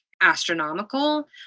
astronomical